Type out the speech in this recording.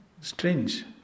Strange